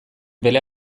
bere